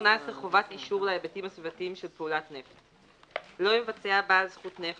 חובת אישור להיבטים הסביבתיים של פעולת נפט 18. (א)לא יבצע בעל זכות נפט